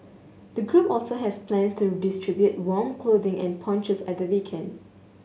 the group also has plans to distribute warm clothing and ponchos at the weekend